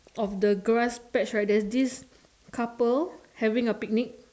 of the grass patch right there is this couple having a picnic